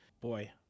boy